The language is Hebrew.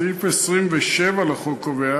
סעיף 27 לחוק קובע